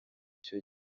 icyo